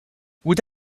would